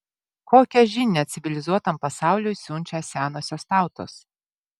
kokią žinią civilizuotam pasauliui siunčia senosios tautos